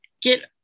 get